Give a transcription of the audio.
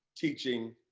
teaching,